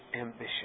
ambition